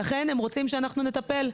ולכן הם רוצים שאנחנו נטפל.